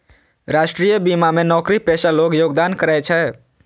राष्ट्रीय बीमा मे नौकरीपेशा लोग योगदान करै छै